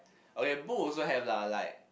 okay book also have lah like